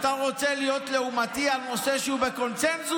אתה רוצה להיות לעומתי על נושא שהוא קונסנזוס?